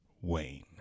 Wayne